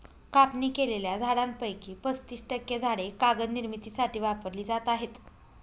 कापणी केलेल्या झाडांपैकी पस्तीस टक्के झाडे कागद निर्मितीसाठी वापरली जात आहेत